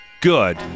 good